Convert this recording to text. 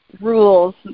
rules